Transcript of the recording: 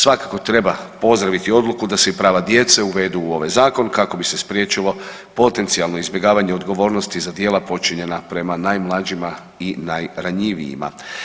Svakako treba pozdraviti odluku da se i prava djece uvedu u ovaj zakon kako bi se spriječilo potencijalno izbjegavanje odgovornosti za djela počinjena prema najmlađima i najranjivijima.